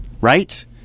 right